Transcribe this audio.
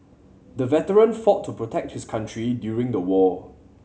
the veteran fought to protect his country during the war